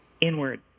inward